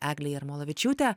eglė jarmolavičiūtė